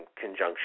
Conjunction